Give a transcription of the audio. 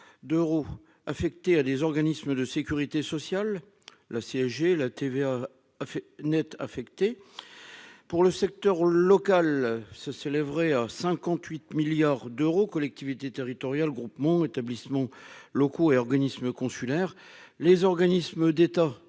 d'euros affectés à des organismes de Sécurité sociale, la CSG et la TVA a fait n'affecté pour le secteur local se s'élèverait à 58 milliards d'euros, collectivités territoriales, groupement établissements locaux et organismes consulaires, les organismes d'État